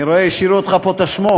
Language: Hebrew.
אני רואה, השאירו אותך פה תשמוע.